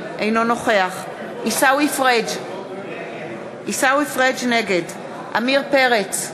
אינו נוכח עיסאווי פריג' נגד עמיר פרץ,